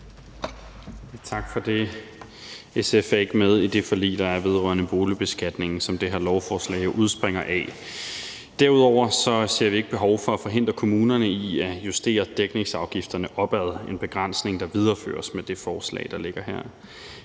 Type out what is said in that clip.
Tak for det. SF er ikke med i det forlig, der er, vedrørende boligbeskatningen, som det her lovforslag jo udspringer af. Derudover ser vi ikke behov for at forhindre kommunerne i at justere dækningsafgifterne opad; en begrænsning, der videreføres med det forslag, der ligger her.